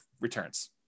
returns